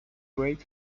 great